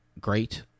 great